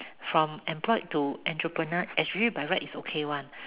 from employed to entrepreneur by right is okay [one]